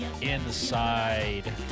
inside